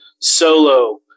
solo